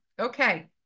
okay